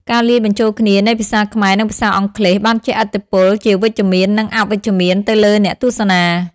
ការលាយបញ្ចូលគ្នានៃភាសាខ្មែរនិងភាសាអង់គ្លេសបានជះឥទ្ធិពលជាវិជ្ជមាននិងអវិជ្ជមានទៅលើអ្នកទស្សនា។